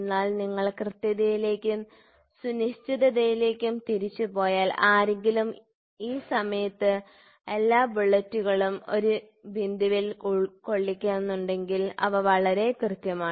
എന്നാൽ നിങ്ങൾ കൃത്യതയിലേക്കും സുനിശ്ചിതതയിലേക്കും തിരിച്ചുപോയാൽ ആരെങ്കിലും ഈ സമയത്ത് എല്ലാ ബുള്ളറ്റുകളും ഈ ബിന്ദുവിൽ കൊള്ളിക്കുന്നെങ്കിൽ അവ വളരെ കൃത്യമാണ്